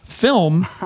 film